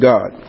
God